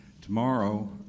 tomorrow